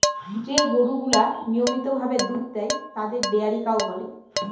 যে গরুগুলা নিয়মিত ভাবে দুধ দেয় তাদের ডেয়ারি কাউ বলে